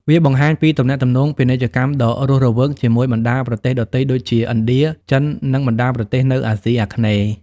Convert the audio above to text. វាបង្ហាញពីទំនាក់ទំនងពាណិជ្ជកម្មដ៏រស់រវើកជាមួយបណ្តាប្រទេសដទៃដូចជាឥណ្ឌា ចិន និងបណ្តាប្រទេសនៅអាស៊ីអាគ្នេយ៍។